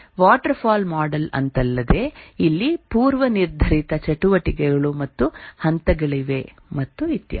waterfall model ಅಂತಲ್ಲದೆ ಇಲ್ಲಿ ಪೂರ್ವನಿರ್ಧರಿತ ಚಟುವಟಿಕೆಗಳು ಮತ್ತು ಹಂತಗಳಿವೆ ಮತ್ತು ಇತ್ಯಾದಿ